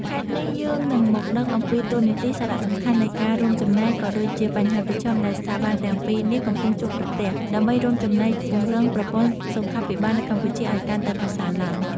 ហេតុនេះយើងនឹងមកដឹងអំពីតួនាទី សារៈសំខាន់នៃការរួមចំណែក ក៏ដូចជាបញ្ហាប្រឈមដែលស្ថាប័នទាំងពីរនេះកំពុងជួបប្រទះ ដើម្បីរួមចំណែកពង្រឹងប្រព័ន្ធសុខាភិបាលនៅកម្ពុជាឱ្យកាន់តែប្រសើរឡើង។